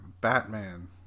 Batman